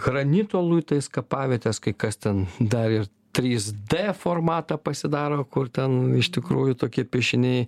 granito luitais kapavietes kai kas ten dar ir trys d formatą pasidaro kur ten iš tikrųjų tokie piešiniai